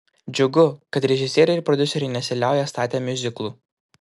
džiugu kad režisieriai ir prodiuseriai nesiliauja statę miuziklų